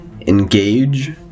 engage